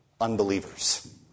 unbelievers